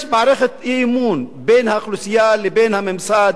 יש מערכת אי-אמון בין האוכלוסייה לבין הממסד,